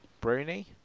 Bruni